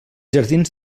jardins